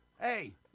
Hey